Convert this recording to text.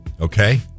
okay